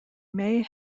may